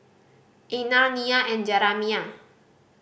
Einar Nia and Jeramiah